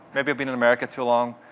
maybe i've been in america too long,